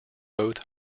both